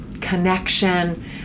connection